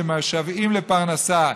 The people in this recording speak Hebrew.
שמשוועים לפרנסה.